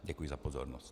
Děkuji za pozornost.